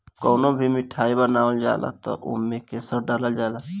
कवनो भी मिठाई बनावल जाला तअ ओमे केसर डालल जाला